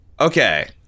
Okay